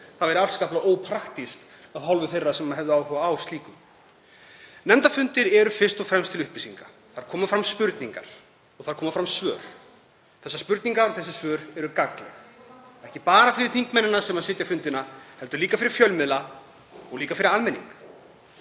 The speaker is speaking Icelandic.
Það væri afskaplega ópraktískt af hálfu þeirra sem hefðu áhuga á slíku. Nefndarfundir eru fyrst og fremst til upplýsingar. Þar koma fram spurningar og þar koma fram svör. Þessar spurningar og þessi svör eru gagnleg, ekki bara fyrir þingmennina sem sitja fundina heldur líka fyrir fjölmiðla og fyrir almenning.